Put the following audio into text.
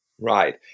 Right